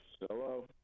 Hello